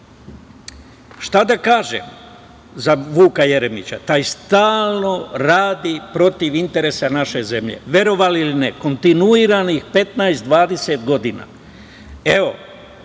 Šta da kažem za Vuka Jeremića? Taj stalno radi protiv interesa naše zemlje, verovali ili ne, kontinuiranih 15, 20 godina. Ja